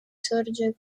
sorge